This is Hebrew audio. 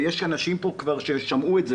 יש פה אנשים שכבר שמעו את זה